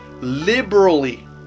liberally